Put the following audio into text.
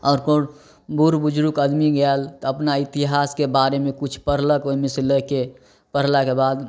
आओर कोन बूढ़ बुजरुग आदमी गेल तऽ अपना इतिहासके बारेमे किछु पढ़लक ओहिमे से लयके पढ़लाके बाद